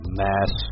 mass